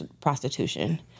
prostitution